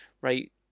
right